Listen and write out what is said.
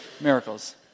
miracles